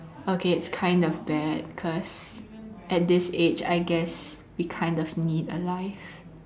okay it's kind of bad cause at this age I guess we kind of need a life